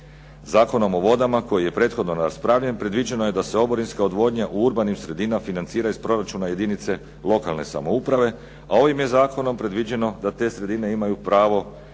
Zakonom o vodama koji je prethodno raspravljen predviđeno je da se oborinske odvodnje u urbanim sredinama financiraju iz proračuna jedinice lokalne samouprave, a ovim je Zakonom predviđeno da te sredine imaju pravo